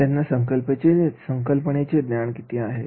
त्यांना त्या संकल्पनेचे ज्ञान किती आहे